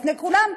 לפני כולם,